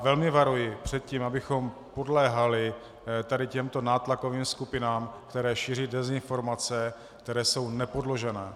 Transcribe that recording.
Velmi varuji před tím, abychom podléhali tady těmto nátlakovým skupinám, které šíří dezinformace, které jsou nepodložené.